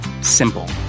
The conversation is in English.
Simple